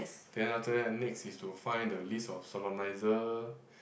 then after that next is to find the list of solemniser